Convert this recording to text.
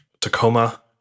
Tacoma